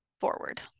forward